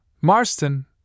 Marston